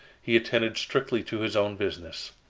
he attended strictly to his own business.